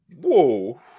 Whoa